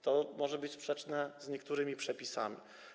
To może być sprzeczne z niektórymi przepisami.